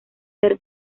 ser